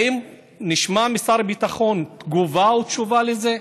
האם נשמע משר הביטחון תגובה ותשובה על זה?